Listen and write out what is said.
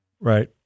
right